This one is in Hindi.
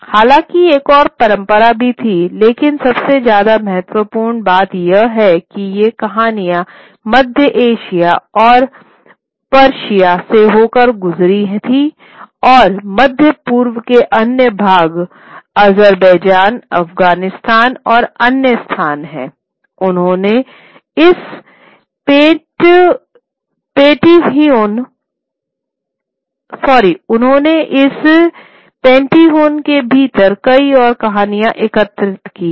हालांकि एक और परंपरा भी थी लेकिन सबसे ज्यादा महत्वपूर्ण बात यह है कि ये कहानियाँ मध्य एशिया और पर्शिया से होकर गुजारी थीं और मध्य पूर्व के अन्य भाग अज़रबैजान अफग़ानिस्तान और अन्य स्थान हैं उन्होंने इस पेंटीहोन के भीतर कई और कहानियाँ एकत्र की हैं